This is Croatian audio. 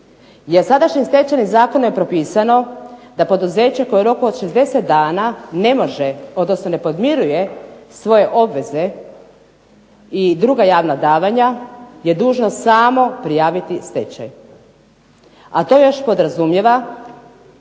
Jer sadašnjim Stečajnim zakonom je propisano da poduzeće koje u roku 60 dana ne može, odnosno ne podmiruje svoje obveze i druga javna davanja je dužno samo prijaviti stečaj a to još podrazumijeva